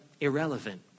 irrelevant